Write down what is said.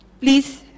Please